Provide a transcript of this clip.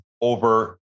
over